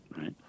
right